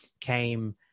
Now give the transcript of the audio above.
came